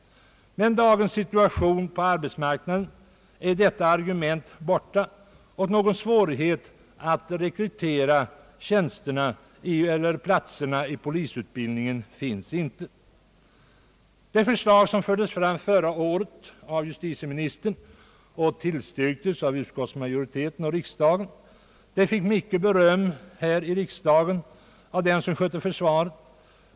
Med dagens situation på arbetsmarknaden är detta argument borta och någon svårighet att rekrytera platserna i polisutbildningen finns inte. Det förslag som förra året lades fram av justitieministern och tillstyrktes av utskottsmajoriteten fick mycket beröm här i riksdagen av dem som skötte försvaret.